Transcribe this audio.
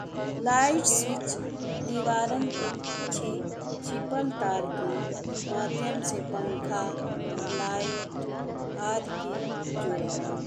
Light switch दीवारन के पीछे छिपल तार के माध्यम से पंखा लाइट आदि के जोड़ेला।